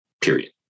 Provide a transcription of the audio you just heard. period